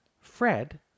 Fred